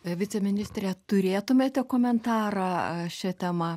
viceministre turėtumėte komentarą šia tema